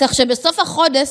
כך שבסוף החודש,